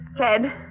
Ted